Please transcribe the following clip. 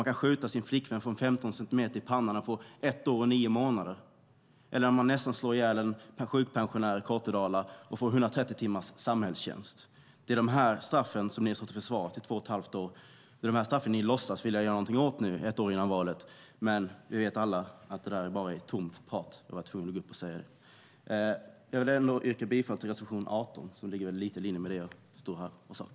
Man kan skjuta sin flickvän på 15 centimeters avstånd i pannan och få ett år och nio månader. Om man nästan slår ihjäl en sjukpensionär i Kortedala kan man få 130 timmars samhällstjänst. Det är dessa straff som ni har suttit och försvarat i två och ett halvt år, och det är dessa straff som ni låtsas vilja göra någonting åt nu, ett år före valet. Men vi vet alla att det där bara är tomt prat. Jag var tvungen att gå upp och säga det. Jag yrkar bifall till reservation 18, som ligger lite i linje med vad jag stått här och sagt.